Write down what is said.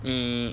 你